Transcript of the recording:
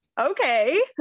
Okay